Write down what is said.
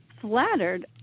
flattered